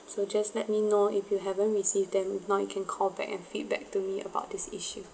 so just let me know if you haven't receive them if not you can call back and feedback to me about this issue